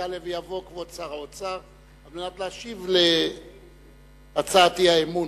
יעלה ויבוא כבוד שר האוצר על מנת להשיב להצעת האי-אמון.